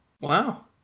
Wow